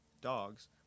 dogs